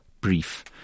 brief